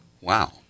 Wow